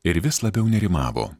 ir vis labiau nerimavo